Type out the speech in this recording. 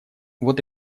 вот